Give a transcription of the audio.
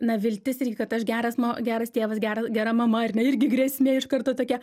na viltis irgi kad aš geras ma geras tėvas geras gera mama ar ne irgi grėsmė iš karto tokia